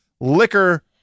liquor